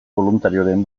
boluntarioren